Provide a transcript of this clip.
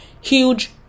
huge